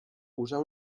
usar